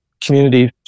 community